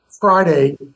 Friday